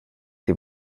ses